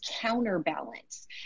counterbalance